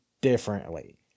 differently